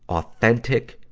authentic,